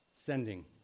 Sending